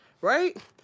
right